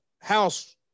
house